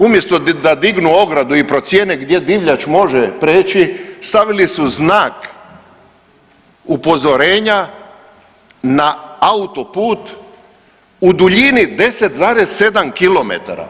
Umjesto da dignu ogradu i procijene gdje divljač može prijeći stavili su znak upozorenja na autoput u duljini 10,7 kilometara.